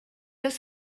oes